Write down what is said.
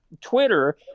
Twitter